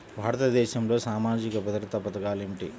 భారతదేశంలో సామాజిక భద్రతా పథకాలు ఏమిటీ?